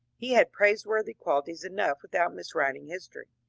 he had praiseworthy qualities enough without miswriting history.